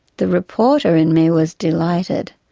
the reporter in me was delighted.